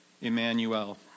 Emmanuel